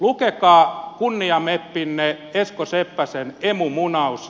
lukekaa kunniameppinne esko seppäsen emumunaus